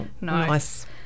nice